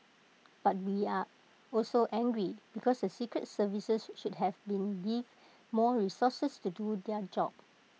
but we are also angry because the secret services should have been give more resources to do their job